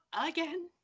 again